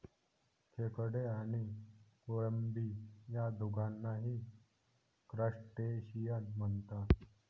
खेकडे आणि कोळंबी या दोघांनाही क्रस्टेशियन म्हणतात